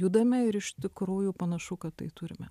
judame ir iš tikrųjų panašu kad tai turime